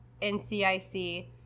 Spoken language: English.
NCIC